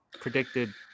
predicted